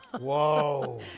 Whoa